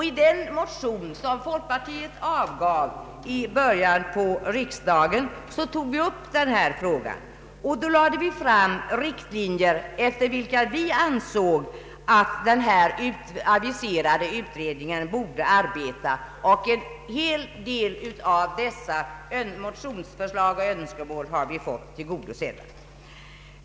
I den motion som folkpartiet avgav vid riksdagens början tog vi upp denna fråga och drog upp riktlinjer efter vilka vi ansåg att den aviserade utredningen borde arbeta. En hel del av dessa motionsförslag och önskemål har vi fått tillgodosedda.